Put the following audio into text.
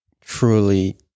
truly